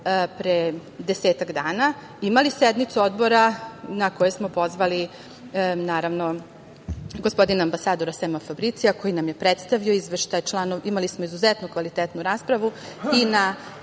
pre desetak dana imali sednicu odbora na kojoj smo pozvali gospodina ambasadora Sema Fabricija koji nam je predstavljao izveštaj, imali smo izuzetno kvalitetnu raspravu i na